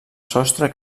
sostre